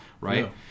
right